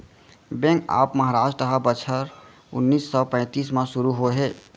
bank of Maharashtra ह बछर उन्नीस सौ पैतीस म सुरू होए हे